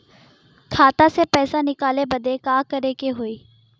खाता से पैसा निकाले बदे का करे के होई?